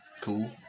cool